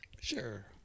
Sure